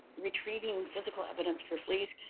retrieving physical evidence for fleas,